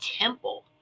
temple